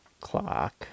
clock